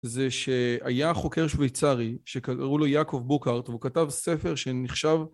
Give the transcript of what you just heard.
זה שהיה חוקר שוויצרי, שקראו לו יעקב בורקהרדט, והוא כתב ספר שנחשב...